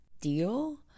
deal